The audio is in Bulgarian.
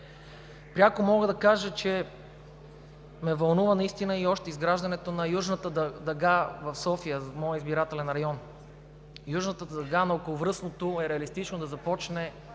Пряко мога да кажа, че ме вълнува наистина още и изграждането на Южната дъга в София – моят избирателен район. Южната дъга на Околовръстното шосе е реалистично да започне